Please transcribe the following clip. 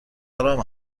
آرام